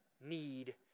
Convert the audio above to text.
need